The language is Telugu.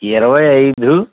ఇరవై ఐదు